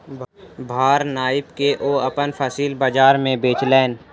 भार नाइप के ओ अपन फसिल बजार में बेचलैन